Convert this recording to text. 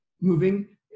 moving